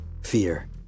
fear